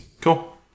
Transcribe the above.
Cool